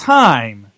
time